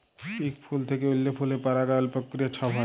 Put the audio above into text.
ইক ফুল থ্যাইকে অল্য ফুলে পরাগায়ল পক্রিয়া ছব হ্যয়